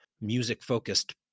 music-focused